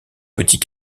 petit